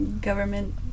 Government